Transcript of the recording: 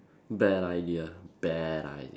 bad an idea bad idea